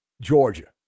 Georgia